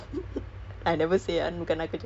okay they always say jurong people are weird